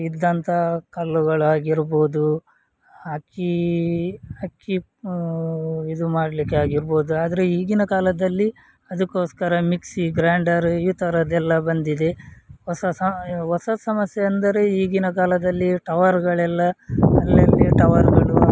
ಇದ್ದಂತ ಕಲ್ಲುಗಳಾಗಿರ್ಬೋದು ಅಕ್ಕಿ ಅಕ್ಕಿ ಇದು ಮಾಡಲಿಕ್ಕೆ ಆಗಿರ್ಬೋದು ಆದರೆ ಈಗಿನ ಕಾಲದಲ್ಲಿ ಅದಕ್ಕೋಸ್ಕರ ಮಿಕ್ಸಿ ಗ್ರೈಂಡರ್ ಈ ಥರದ್ದೆಲ್ಲ ಬಂದಿದೆ ಹೊಸ ಹೊಸ ಸಮಸ್ಯೆ ಅಂದರೆ ಈಗಿನ ಕಾಲದಲ್ಲಿ ಟವರ್ಗಳೆಲ್ಲ ಅಲ್ಲಲ್ಲಿ ಟವರ್ಗಳು